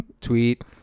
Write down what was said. tweet